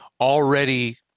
already